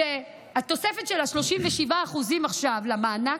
שהתוספת של 37% עכשיו למענק,